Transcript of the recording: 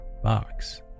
box